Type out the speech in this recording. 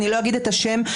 לא אגיד את השם,